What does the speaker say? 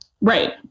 right